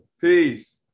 Peace